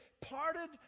parted